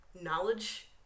knowledge